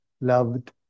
loved